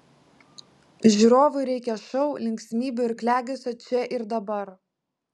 žiūrovui reikia šou linksmybių ir klegesio čia ir dabar